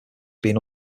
being